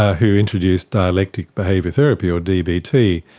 ah who introduced dialectic behaviour therapy or dbt.